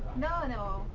no no.